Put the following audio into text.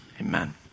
Amen